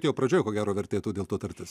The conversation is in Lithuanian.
jau pradžioj ko gero vertėtų dėl to tartis